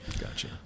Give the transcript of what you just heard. Gotcha